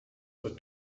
wird